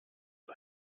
are